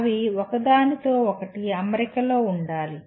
అవి ఒకదానితో ఒకటి అమరికలో ఉండాలి